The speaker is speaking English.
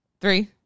Three